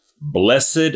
blessed